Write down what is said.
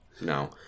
No